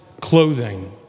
clothing